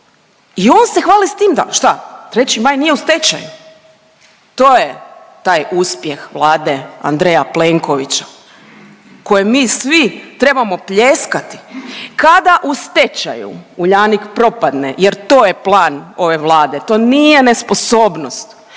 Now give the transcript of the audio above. i on se hvali s tim da, šta, 3. Maj nije u stečaju? To je taj uspjeh Vlade Andreja Plenkovića kojem mi svi trebamo pljeskati kada u stečaju Uljanik propadne jer to je plan ove Vlade, to nije nesposobnost,